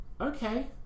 Okay